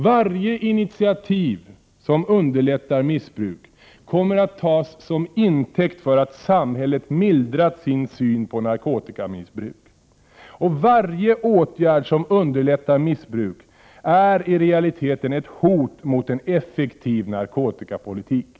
Varje initiativ som underlättar missbruk kommer att tas som intäkt för att samhället mildrat sin syn på narkotikamissbruk. Varje åtgärd som underlättar missbruk är i realiteten ett hot mot en effektiv narkotikapolitik.